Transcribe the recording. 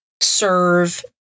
serve